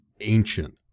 ancient